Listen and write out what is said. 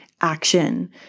Action